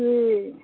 की